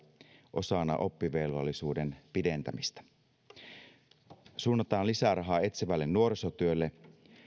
osana oppivelvollisuuden pidentämistä lisärahaa suunnataan etsivälle nuorisotyölle